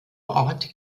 ort